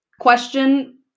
question